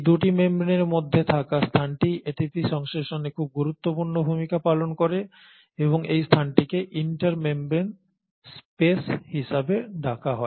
এই 2টি মেমব্রেনের মধ্যে থাকা স্থানটি এটিপি সংশ্লেষণে খুব গুরুত্বপূর্ণ ভূমিকা পালন করে এবং এই স্থানটিকে ইন্টার মেমব্রেন স্পেস হিসাবে ডাকা হয়